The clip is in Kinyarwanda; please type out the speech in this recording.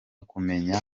kumenya